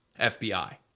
FBI